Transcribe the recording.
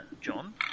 John